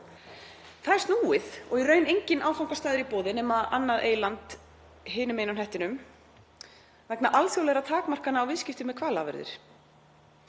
Það er snúið og í raun enginn áfangastaður í boði nema annað eyland hinum megin á hnettinum vegna alþjóðlegra takmarkana á viðskipti með hvalafurðir.